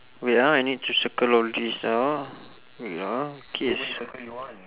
wait ah I need to circle all this ah wait ah